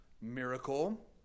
miracle